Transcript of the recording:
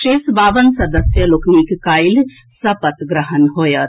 शेष बावन सदस्य लोकनिक काल्हि सपत ग्रहण होएत